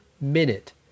minute